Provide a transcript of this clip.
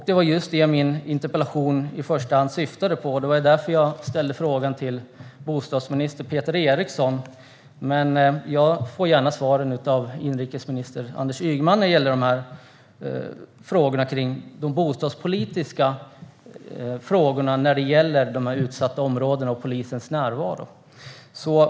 Det var detta min interpellation i första hand syftade på, och det var därför jag ställde den till bostadsminister Peter Eriksson. Men jag tar gärna emot svaren av inrikesminister Anders Ygeman när det gäller de bostadspolitiska frågorna och polisens närvaro i de här utsatta områdena.